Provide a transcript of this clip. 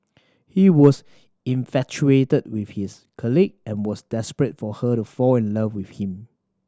he was infatuated with his colleague and was desperate for her to fall in love with him